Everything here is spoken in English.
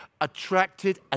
attracted